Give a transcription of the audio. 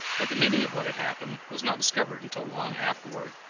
but the meaning of what had happened was not discovered until long afterward.